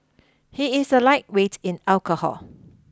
he is a lightweight in alcohol